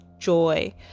joy